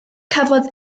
cafodd